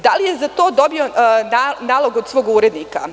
Da li je za to dobio nalog od svog urednika?